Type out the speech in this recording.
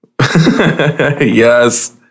Yes